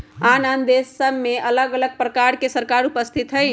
आन आन देशमें अलग अलग प्रकार के सरकार उपस्थित हइ